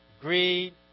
greed